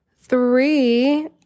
Three